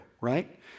right